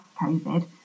COVID